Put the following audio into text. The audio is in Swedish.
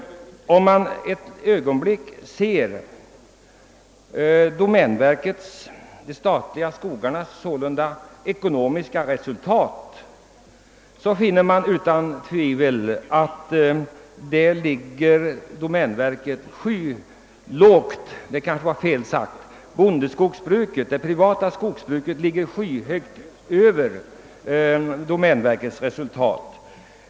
Om vi gör en jämförelse mellan det ekonomiska resultatet för domänverket — alltså för de statliga skogarna — och för bondeskogsbruket, så finner vi att det senare ligger skyhögt högre.